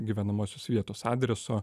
gyvenamosios vietos adreso